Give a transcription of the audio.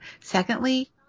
Secondly